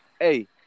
hey